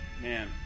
man